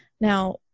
now